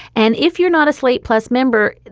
and if you're not a slate plus member,